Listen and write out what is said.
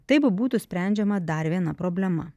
taip būtų sprendžiama dar viena problema